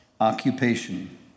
occupation